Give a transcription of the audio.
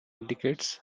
indicates